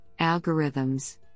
algorithms